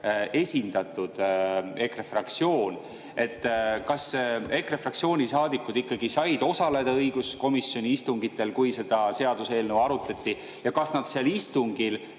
esindatud ka EKRE fraktsioon. Kas EKRE fraktsiooni saadikud ikkagi said osaleda õiguskomisjoni istungitel, kui seda seaduseelnõu arutati? Ja kas nad seal istungil